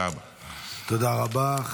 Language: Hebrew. תודה רבה.